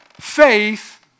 faith